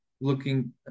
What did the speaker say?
looking